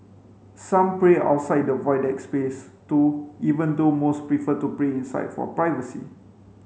some pray outside the Void Deck space too even though most prefer to pray inside for privacy